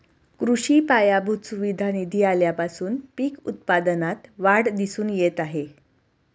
कृषी पायाभूत सुविधा निधी आल्यापासून पीक उत्पादनात वाढ दिसून येत आहे